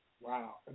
Wow